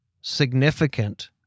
significant